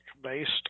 based